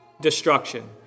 destruction